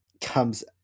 Comes